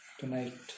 Tonight